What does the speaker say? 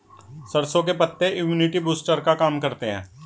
सरसों के पत्ते इम्युनिटी बूस्टर का काम करते है